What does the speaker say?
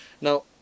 Now